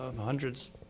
hundreds